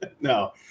No